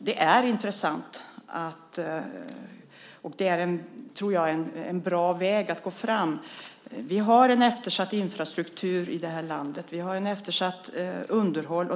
Det är intressant, och jag tror att det är en bra väg att gå fram. Vi har en eftersatt infrastruktur i det här landet. Vi har ett eftersatt underhåll.